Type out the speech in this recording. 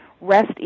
rest